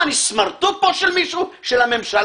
מה, אני סמרטוט פה של מישהו, של הממשלה?